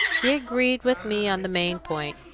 he agreed with me on the main point,